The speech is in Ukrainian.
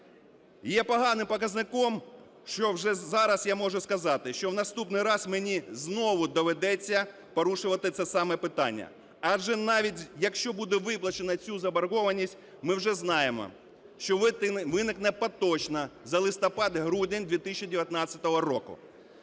Є поганим показником, що вже зараз я можу сказати, що в наступний раз мені знову доведеться порушувати це саме питання. Адже навіть якщо буде виплачено цю заборгованість, ми вже знаємо, що виникне поточна за листопад-грудень 2019 року.